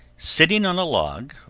sitting on a log,